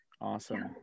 awesome